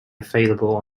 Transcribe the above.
available